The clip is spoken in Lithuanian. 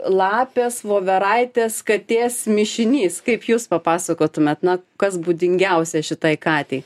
lapės voveraitės katės mišinys kaip jūs papasakotumėt na kas būdingiausia šitai katei